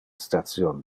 station